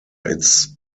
its